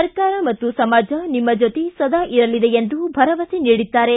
ಸರ್ಕಾರ ಮತ್ತು ಸಮಾಜ ನಿಮ್ನ ಜೊತೆ ಸದಾ ಇರಲಿದೆ ಎಂದು ಭರವಸೆ ನೀಡಿದ್ದಾರೆ